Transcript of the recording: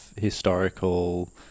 historical